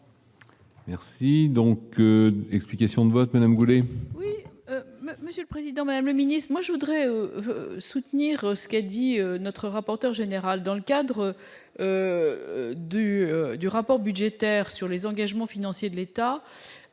Merci donc, explications de vote Madame Goulet.